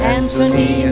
Anthony